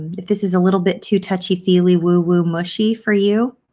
this is a little bit too touchy-feely woo-woo mushy for you.